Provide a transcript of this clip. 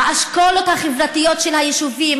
האשכולות החברתיים של היישובים,